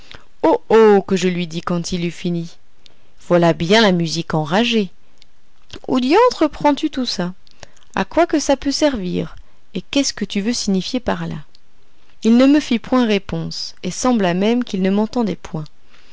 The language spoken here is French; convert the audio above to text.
oh que je lui dis quand il eut fini voilà bien la musique enragée où diantre prends-tu tout ça à quoi que ça peut servir et qu'est-ce que tu veux signifier par là il ne me fit point réponse et sembla même qu'il ne m'entendait point